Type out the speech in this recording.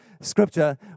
Scripture